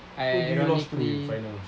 I vaguely